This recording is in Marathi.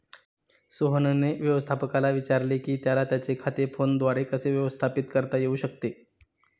सोहनने व्यवस्थापकाला विचारले की त्याला त्याचे खाते फोनद्वारे कसे व्यवस्थापित करता येऊ शकते